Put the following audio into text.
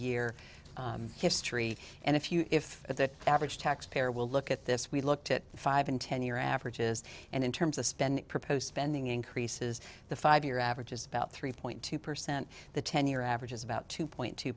year history and if you if that average taxpayer will look at this we looked at the five and ten year averages and in terms of spending proposed spending increases the five year average is about three point two percent the ten year average is about two point two